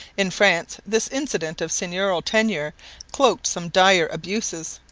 in france this incident of seigneurial tenure cloaked some dire abuses.